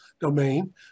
domain